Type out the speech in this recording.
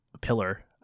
pillar